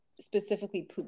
Specifically